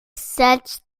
such